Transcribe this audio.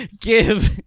give